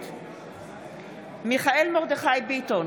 נגד מיכאל מרדכי ביטון,